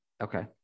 Okay